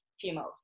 females